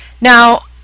Now